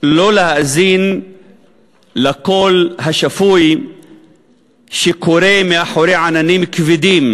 שלא להאזין לקול השפוי שקורא מאחורי עננים כבדים